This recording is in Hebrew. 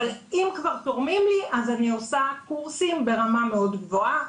אבל אם כבר תורמים לי אז אני עושה קורסים ברמה מאוד גבוהה.